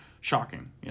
shocking